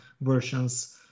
versions